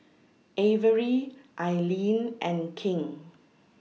Averie Ailene and King